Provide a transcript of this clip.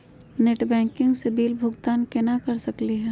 Net banking स bill भुगतान केना कर सकली हे?